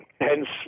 hence